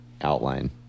outline